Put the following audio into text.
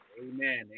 Amen